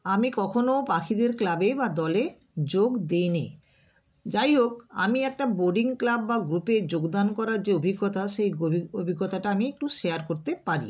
আমি কখনও পাখিদের ক্লাবে বা দলে যোগ দিইনি যাই হোক আমি একটা বার্ডিং ক্লাব বা গ্রুপে যোগদান করার যে অভিজ্ঞতা সেই অভিজ্ঞতাটা আমি একটু শেয়ার করতে পারি